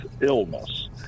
illness